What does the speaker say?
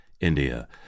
India